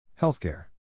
Healthcare